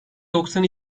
doksan